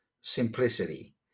simplicity